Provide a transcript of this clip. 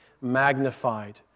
magnified